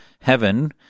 heaven—